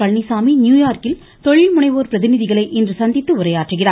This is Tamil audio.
பழனிசாமி நியூயார்க்கில் தொழில்முனைவோர் பிரதிநிதிகளை இன்று சந்தித்து உரையாற்றுகிறார்